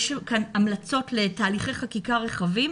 יש לנו המלצות לתהליכי חקיקה רחבים,